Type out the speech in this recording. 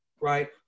right